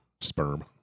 Sperm